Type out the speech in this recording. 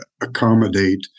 accommodate